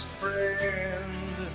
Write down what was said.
friend